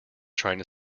trying